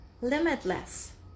limitless